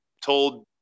told